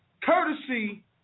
courtesy